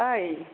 ओइ